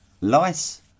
Lice